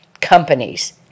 companies